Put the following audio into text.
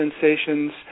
sensations